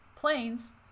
planes